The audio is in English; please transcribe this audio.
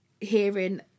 hearing